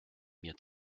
mir